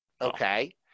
Okay